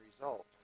result